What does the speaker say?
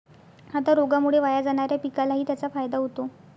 आता रोगामुळे वाया जाणाऱ्या पिकालाही त्याचा फायदा होतो